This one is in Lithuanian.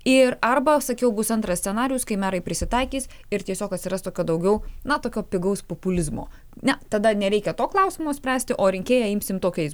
ir arba sakiau bus antras scenarijus kai merai prisitaikys ir tiesiog atsiras tokio daugiau na tokio pigaus populizmo ne tada nereikia to klausimo spręsti o rinkėją imsime tokiais